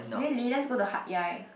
really let's go to HatYai